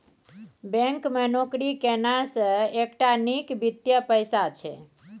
bank मे नौकरी केनाइ सेहो एकटा नीक वित्तीय पेशा छै